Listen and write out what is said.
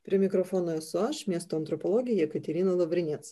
prie mikrofono esu aš miesto antropologė jekaterina lavrinec